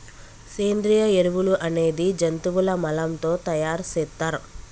సేంద్రియ ఎరువులు అనేది జంతువుల మలం తో తయార్ సేత్తర్